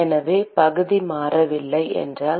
எனவே பகுதி மாறவில்லை என்றால்